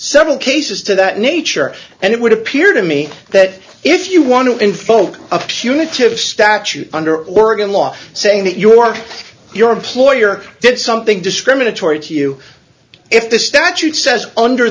several cases to that nature and it would appear to me that if you want to invoke a punitive statute under oregon law saying that you are your employer did something discriminatory to you if the statute says under